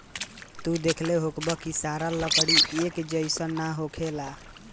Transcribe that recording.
तू देखले होखबऽ की सारा लकड़ी एक जइसन ना होखेला